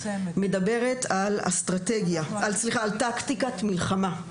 מדברת על טקטיקת מלחמה,